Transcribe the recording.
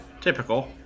Typical